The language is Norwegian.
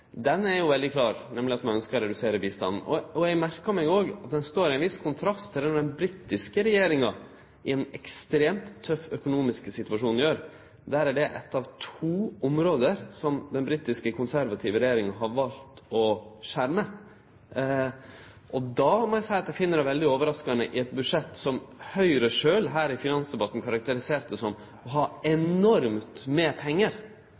er jo veldig klar, nemleg at ein ønskjer å redusere bistanden. Eg merkar meg òg at det står i ein viss kontrast til det den britiske regjeringa i ein ekstremt tøff økonomisk situasjon gjer. Det er eit av to område som den britiske konservative regjeringa har valt å skjerme. Eg må seie at eg finn det veldig overraskande at ein med eit budsjett som Høgre sjølv her i finansdebatten karakteriserte som eit budsjett med enormt med pengar,